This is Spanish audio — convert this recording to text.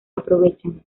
aprovechan